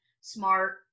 smart